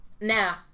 now